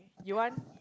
you want